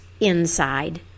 inside